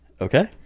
Okay